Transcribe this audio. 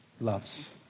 loves